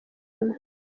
imwe